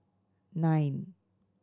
nine